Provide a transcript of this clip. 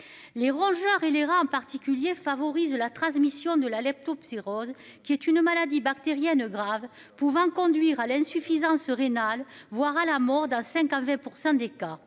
Les rongeurs et les reins en particulier favorise la transmission de la leptospirose qui est une maladie bactérienne grave pouvant conduire à l'insuffisance rénale, voire à la mode un cinq avait % des cas